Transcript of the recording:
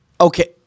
Okay